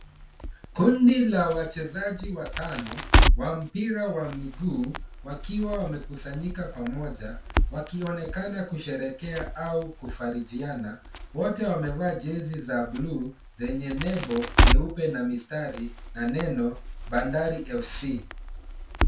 Kundi la wachezaji watano wa mpira wa mguu wakiwa wamekusanyika pamoja wakionekana kusherehekea au kufarijiana. Wote wamevaa jezi za bluu zenye nembo nyeupe na mistari na neno Bandari FC.